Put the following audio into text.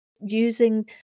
using